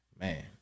Man